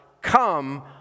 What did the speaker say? come